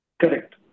Correct